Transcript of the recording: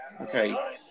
Okay